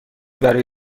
برای